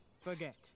forget